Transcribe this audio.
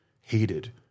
hated